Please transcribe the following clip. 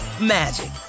magic